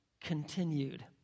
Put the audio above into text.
continued